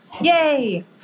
Yay